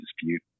dispute